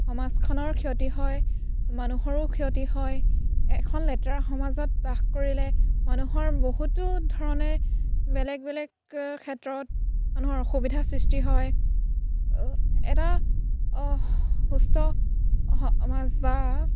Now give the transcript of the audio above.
সমাজখনৰ ক্ষতি হয় মানুহৰো ক্ষতি হয় এখন লেতেৰা সমাজত বাস কৰিলে মানুহৰ বহুতো ধৰণে বেলেগ বেলেগ ক্ষেত্ৰত মানুহৰ অসুবিধাৰ সৃষ্টি হয় এটা সুস্থ সমাজ বা